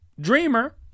Dreamer